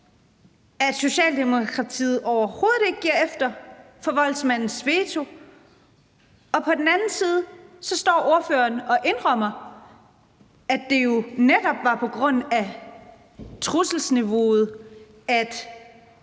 at Socialdemokratiet overhovedet ikke giver efter for voldsmandens veto, og på den anden side står ordføreren og indrømmer, at det jo netop var på grund af trusselsniveauet, at